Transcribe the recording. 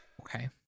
Okay